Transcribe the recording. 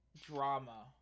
drama